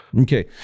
Okay